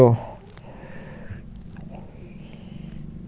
कीट रोकथाम लेल भोजन, पानि आ आश्रयक स्रोत कें हटा दियौ